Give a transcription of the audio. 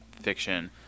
fiction